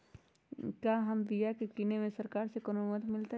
क्या हम बिया की किने में सरकार से कोनो मदद मिलतई?